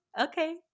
okay